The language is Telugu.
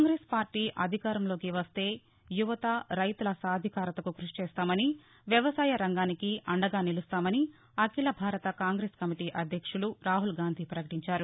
కాంగ్రెస్ పార్టీ అధికారంలోకి వస్తే యువత రైతుల సాధికారతకు కృషి చేస్తామని వ్యవసాయ రంగానికి అండగా నిలుస్తామని అఖిల భారత కాంగ్రెస్ కమిటీ అధ్యక్షులు రాహుల్గాంధీ పకటించారు